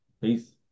Peace